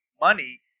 money